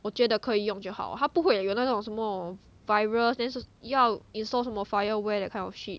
我觉得可以用就好它不会 like 有那种什么 virus then 是要 install 什么 fireware that kind of shit